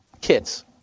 Kids